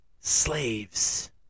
slaves